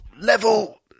level